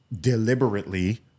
deliberately